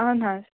اَہَن حظ